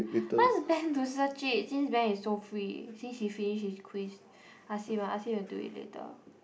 ask Ben to search it since Ben is so free since he finish his quiz ask him lah ask him to do it later